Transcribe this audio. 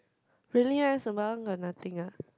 really meh sembawang got nothing ah